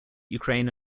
ukraine